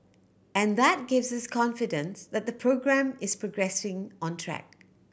and that gives us confidence that the programme is progressing on track